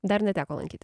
dar neteko lankytis